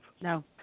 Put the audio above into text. No